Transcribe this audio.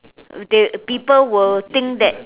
uh they people will think that